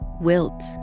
wilt